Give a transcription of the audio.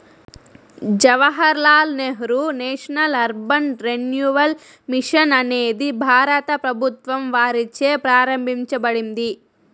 Jawahar Lal Nehru national urban renewal mission అనేది భారత ప్రభుత్వం వారిచే ప్రారంభించబడింది